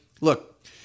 look